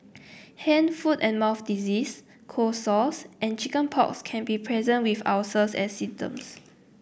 hand foot and mouth disease cold sores and chicken pox can be present with ulcers as symptoms